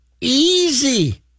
Easy